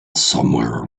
somewhere